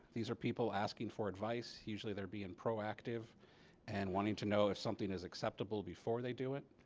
these are people asking for advice. usually they're being proactive and wanting to know if something is acceptable before they do it.